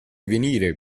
venire